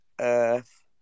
earth